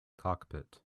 cockpit